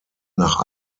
nach